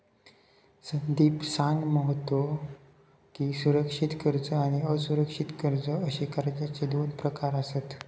संदीप सांगा होतो की, सुरक्षित कर्ज आणि असुरक्षित कर्ज अशे कर्जाचे दोन प्रकार आसत